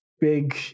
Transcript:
big